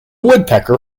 woodpecker